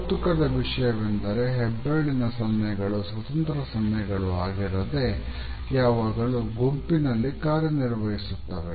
ಕೌತುಕದ ವಿಷಯವೆಂದರೆ ಹೆಬ್ಬೆರಳಿನ ಸನ್ನೆಗಳು ಸ್ವತಂತ್ರ ಸನ್ನೆಗಳು ಆಗಿರದೆ ಯಾವಾಗಲೂ ಗುಂಪಿನಲ್ಲಿ ಕಾರ್ಯನಿರ್ವಹಿಸುತ್ತದೆ